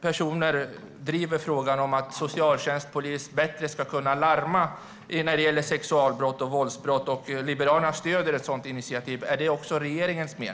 personer som driver frågan om att socialtjänst och polis bättre ska kunna larma när det gäller sexualbrott och våldsbrott. Liberalerna stöder ett sådant initiativ. Är det också regeringens mening?